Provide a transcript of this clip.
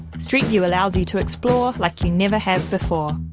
street view allows you to explore like you never have before.